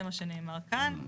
זה מה שנאמר כאן.